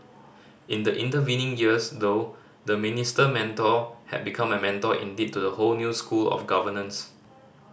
in the intervening years though the Minister Mentor had become a mentor indeed to a whole new school of governance